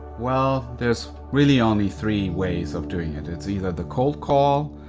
well, there's really only three ways of doing it. it's either the cold call,